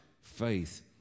faith